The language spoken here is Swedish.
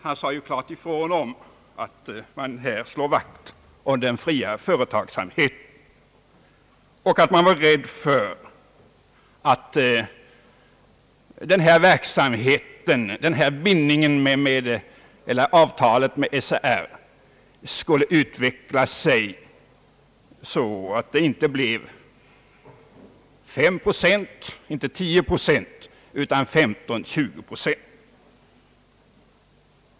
Han sade klart ifrån att man slår vakt om den fria företagsamheten och att man är rädd för att detta avtal med SRA skall utveckla sig så att det inte bara omfattar 5 å 10 procent utan 15 å 20 procent.